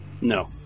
No